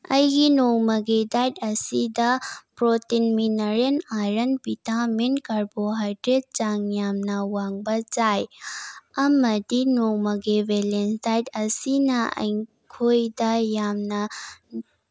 ꯑꯩꯒꯤ ꯅꯣꯡꯃꯒꯤ ꯗꯥꯏꯠ ꯑꯁꯤꯗ protein mineral iron vitamin carbohydrate ꯆꯥꯡ ꯌꯥꯝꯅ ꯋꯥꯡꯕ ꯆꯥꯏ ꯑꯃꯗꯤ ꯅꯣꯡꯃꯒꯤ ꯕꯦꯂꯦꯟꯁ ꯗꯥꯏꯠ ꯑꯁꯤꯅ ꯑꯩꯈꯣꯏꯗ ꯌꯥꯝꯅ